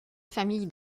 famille